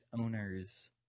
owners